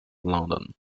london